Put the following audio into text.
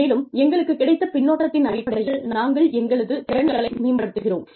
மேலும் எங்களுக்குக் கிடைத்த பின்னூட்டத்தின் அடிப்படையில் நாங்கள் எங்களது திறன்களை மேம்படுத்துகிறோம்